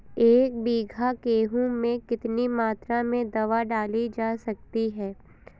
एक बीघा गेहूँ में कितनी मात्रा में दवा डाली जा सकती है?